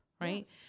right